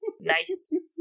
Nice